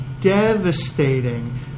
devastating